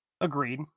Agreed